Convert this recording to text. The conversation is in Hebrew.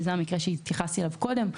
שזה המקרה שהתייחסתי אליו קודם,